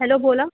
hello बोला